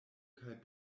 kaj